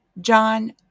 John